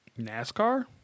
NASCAR